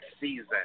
season